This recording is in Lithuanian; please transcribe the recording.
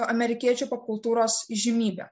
amerikiečių popkultūros įžymybėm